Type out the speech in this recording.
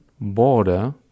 border